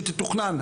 שתתוכנן.